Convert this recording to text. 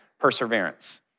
perseverance